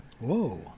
whoa